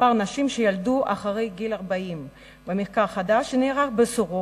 מספר הנשים שילדו אחרי גיל 40. מחקר חדש שנערך ב"סורוקה"